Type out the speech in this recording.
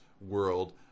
world